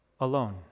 alone